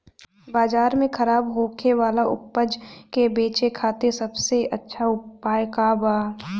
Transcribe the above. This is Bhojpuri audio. बाजार में खराब होखे वाला उपज के बेचे खातिर सबसे अच्छा उपाय का बा?